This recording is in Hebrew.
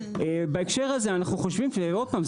ובהקשר הזה אנחנו חושבים עוד פעם,